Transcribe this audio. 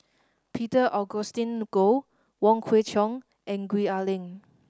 Peter Augustine Goh Wong Kwei Cheong and Gwee Ah Leng